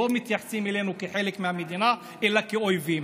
לא מתייחסים אלינו כאל חלק מהמדינה אלא כאויבים.